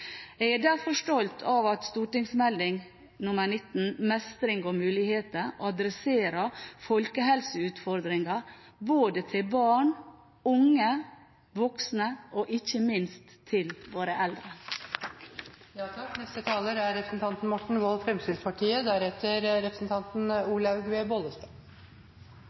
Jeg er derfor stolt av at Meld. St. 19, Mestring og muligheter, tar tak i folkehelseutfordringer for både barn, unge og voksne og ikke minst for våre eldre.